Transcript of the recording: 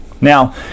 Now